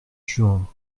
juin